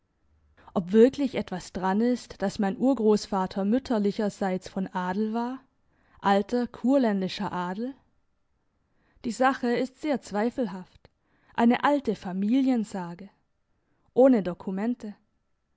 ob wirklich etwas dran ist dass mein urgrossvater mütterlicherseits von adel war alter kurländischer adel die sache ist sehr zweifelhaft eine alte familiensage ohne dokumente